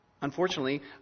Unfortunately